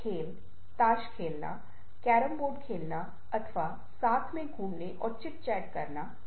मेरे पास यहां मेरे साथ अन्य उदाहरणों की एक श्रृंखला भी है जो आपको इसमें अंतर्दृष्टि प्रदान करेगी